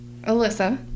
Alyssa